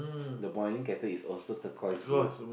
the boiling kettle is also turquoise blue